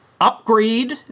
upgrade